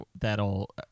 that'll